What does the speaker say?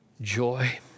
joy